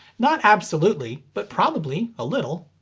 not absolutely. but probably a little.